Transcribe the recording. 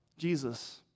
Jesus